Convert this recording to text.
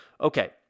Okay